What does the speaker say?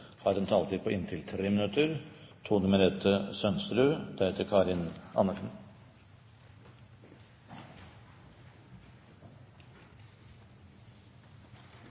har en taletid på inntil 3 minutter.